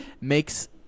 makes